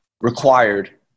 required